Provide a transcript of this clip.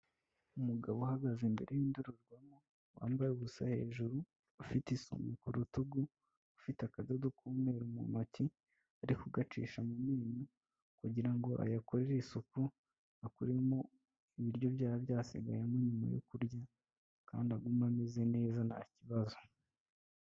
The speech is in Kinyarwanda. Umugabo uhagaze imbere y'indorerwamo, wambaye ubusa hejuru ufite isume ku rutugu ufite akadodo k'umweru mu ntoki, ari kugacisha mu menyo kugira ngo ayakorere isuku akure mo ibiryo byaba byasigayemo nyuma yo kurya, kandi aguma ameze neza nta kibazo.